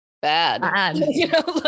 bad